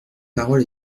parole